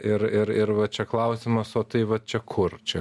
ir ir ir va čia klausimas o tai vat čia kur čia